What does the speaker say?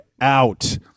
out